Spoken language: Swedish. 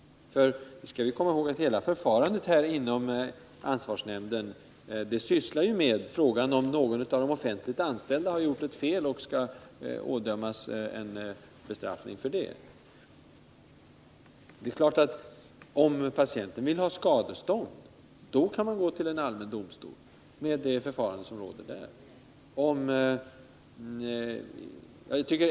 Vi skall komma ihåg att hela förfarandet inom ansvarsnämnden gäller frågan om någon av de offentligt anställda har gjort ett fel och skall ådömas en bestraffning för det. Om patienten vill ha skadestånd kan hon gå till en allmän domstol. Då tillämpas det förfarande som används där.